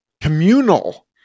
communal